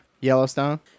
Yellowstone